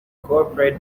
incorporate